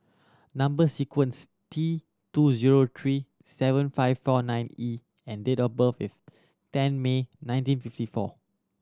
number sequence T two zero three seven five four nine E and date of birth is ten May nineteen fifty four